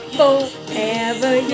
forever